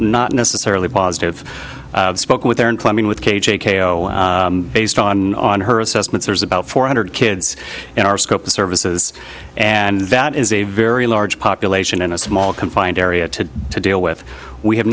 not necessarily positive spoke with their own plumbing with k j k oh based on her assessments there's about four hundred kids in our scope of services and that is a very large population in a small confined area to to deal with we have